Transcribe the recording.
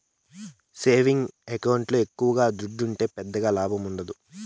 savings ఎకౌంట్ల ఎక్కవ దుడ్డుంటే పెద్దగా లాభముండదు